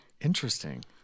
Interesting